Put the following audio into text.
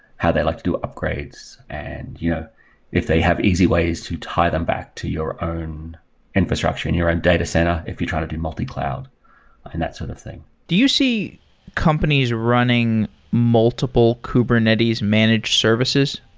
how they like to do upgrades, and yeah if they have easy ways to tie them back to your own infrastructure, in your own data center, if you try to do multi-cloud and that sort of thing do you see companies running multiple kubernetes managed services?